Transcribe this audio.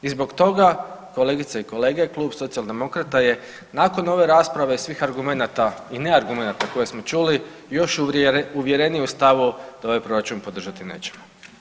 I zbog toga kolegice i kolege klub Socijaldemokrata je nakon ove rasprave, svih argumenata i neargumenata koje smo čuli još uvjereniji u stavu da ovaj proračun podržati nećemo.